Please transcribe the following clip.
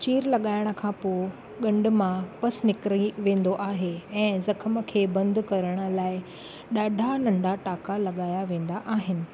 चीर लॻाइण खां पोइ ॻंढ मां पस निकिरी वेंदो आहे ऐं ज़ख़मु खे बंदि करण लाए ॾाढा नंढा टाका लॻाया वेंदा आहिनि